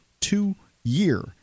two-year